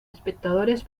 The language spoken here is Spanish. espectadores